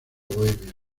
bohemia